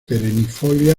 perennifolia